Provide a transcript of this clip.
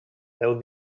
deu